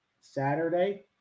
Saturday